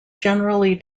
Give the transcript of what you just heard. generally